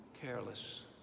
careless